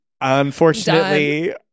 Unfortunately